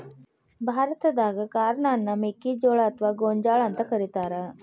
ಭಾರತಾದಾಗ ಕಾರ್ನ್ ಅನ್ನ ಮೆಕ್ಕಿಜೋಳ ಅತ್ವಾ ಗೋಂಜಾಳ ಅಂತ ಕರೇತಾರ